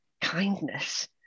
kindness